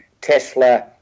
Tesla